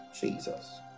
Jesus